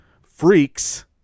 freaks